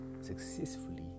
successfully